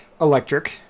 electric